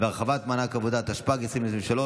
התשפ"ג 2023,